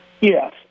Yes